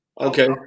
Okay